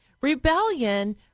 rebellion